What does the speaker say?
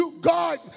God